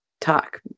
talk